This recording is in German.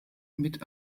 mit